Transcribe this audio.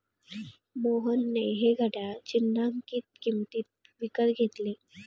मोहनने हे घड्याळ चिन्हांकित किंमतीत विकत घेतले